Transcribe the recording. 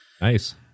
Nice